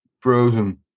frozen